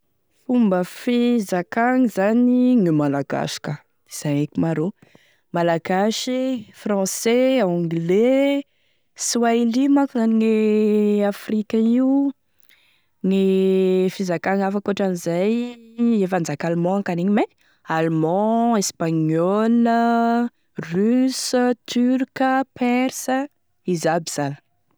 Fomba fizakagny zany e Malagasy ka zay eky ma ro Malagasy e Français, gn'Anglais, Swaili manko gn'any Afrique io, fizakagny hafa ankoatran'izay efa nizaka Allemand iaho kanegny mein, Allemand, Russe, Turque, Persa, izy aby zany.